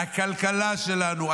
הכלכלה שלנו,